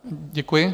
Děkuji.